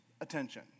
attention